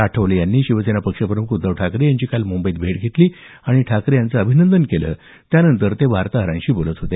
आठवले यांनी शिवसेना पक्षप्रमुख उद्धव ठाकरे यांची काल मुंबईत भेट घेतली आणि ठाकरे यांचं अभिनंदन केलं त्यानंतर ते वार्ताहरांशी बोलत होते